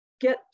get